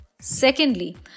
Secondly